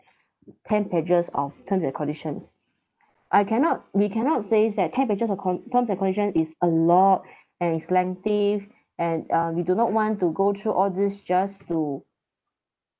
ten pages of terms and conditions I cannot we cannot says that ten pages of con~ terms and conditions is a lot and is lengthy and uh we do not want to go through all this just to